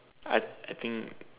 I think